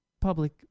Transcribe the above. public